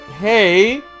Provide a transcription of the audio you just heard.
Hey